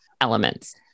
elements